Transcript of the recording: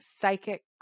psychic